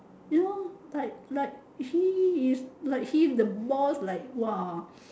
you know like like he is like he is the boss like !wah!